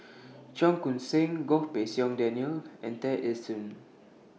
Cheong Koon Seng Goh Pei Siong Daniel and Tear Ee Soon